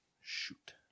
shoot